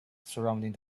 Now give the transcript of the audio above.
surrounding